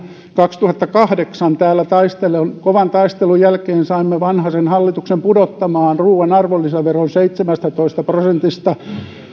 kaksituhattakahdeksan täällä kovan taistelun jälkeen saimme vanhasen hallituksen pudottamaan ruuan arvonlisäveron seitsemästätoista prosentista